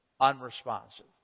unresponsive